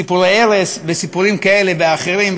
סיפורי ערש וסיפורים כאלה ואחרים,